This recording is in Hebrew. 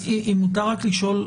אם מותר רק לשאול,